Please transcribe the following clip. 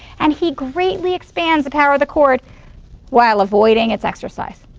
and he greatly expands the power of the court while avoiding its exercise.